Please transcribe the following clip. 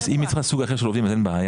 אם היא גייסה סוג אחר של עובדים, אין בעיה.